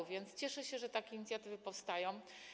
A więc cieszę się, że takie inicjatywy powstają.